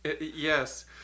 Yes